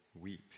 weep